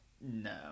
no